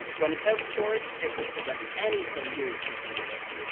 when it's out of storage, it will prevent anything new from being written.